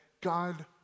God